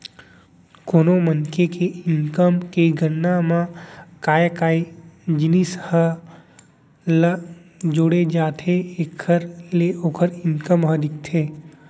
कोनो मनसे के इनकम के गणना म काय काय जिनिस ल जोड़े जाथे जेखर ले ओखर इनकम ह दिखथे?